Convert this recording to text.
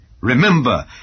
Remember